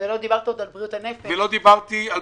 ולא דיברת עוד על בריאות הנפש.